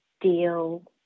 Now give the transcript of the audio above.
deal